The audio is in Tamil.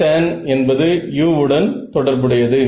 Htan என்பது u உடன் தொடர்புடையது